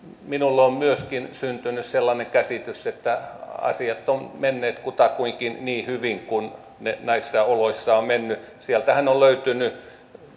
minulle on myöskin syntynyt sellainen käsitys että asiat ovat menneet kutakuinkin niin hyvin kuin ne näissä oloissa ovat voineet sieltähän on löytynyt